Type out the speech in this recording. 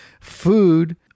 Food